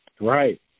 Right